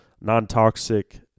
non-toxic